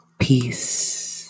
Peace